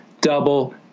double